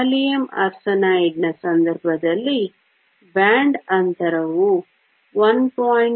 gallium ಆರ್ಸೆನೈಡ್ನ ಸಂದರ್ಭದಲ್ಲಿ band ಅಂತರವು 1